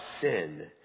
sin